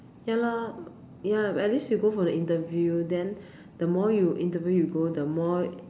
ya lah ya at least you go for the interview then the more you interview you go the more